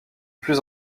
plus